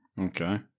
Okay